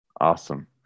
Awesome